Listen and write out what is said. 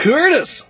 Curtis